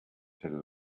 tell